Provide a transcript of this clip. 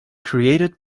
created